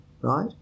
Right